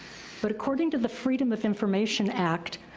but according to the freedom of information act,